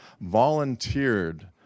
volunteered